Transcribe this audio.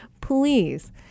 please